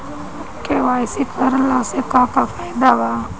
KYC करवला से का का फायदा बा?